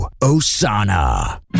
Osana